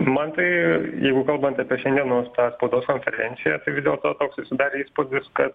man tai jeigu kalbant apie šiandienos tą spaudos konferenciją tai visdėl to susidarė įspūdis kad